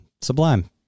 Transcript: sublime